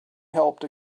helped